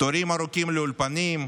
תורים ארוכים לאולפנים,